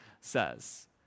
says